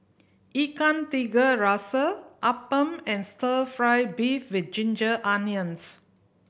Ikan Tiga Rasa appam and Stir Fry beef with ginger onions